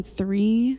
three